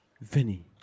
Vinny